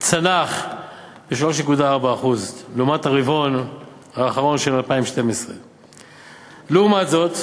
צנח ב-3.4% לעומת הרבעון האחרון של 2012. לעומת זאת,